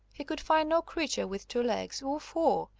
he could find no creature with two legs or four,